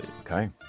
Okay